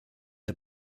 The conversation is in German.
der